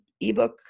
ebook